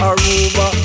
Aruba